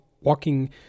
walking